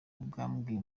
bwabwiye